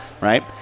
right